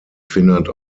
finnland